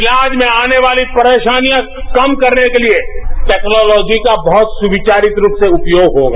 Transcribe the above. इलाज में आने वाली परेचानियां कम करने के लिए टैक्नॉलोजी का बहुत सुविचारित रूप से उपयोग होगा